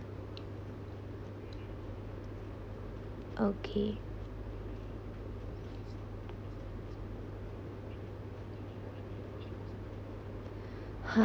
okay ha